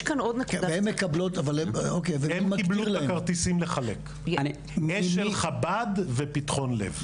הם קיבלו את הכרטיסים לחלק, אשל חב"ד ופתחון לב.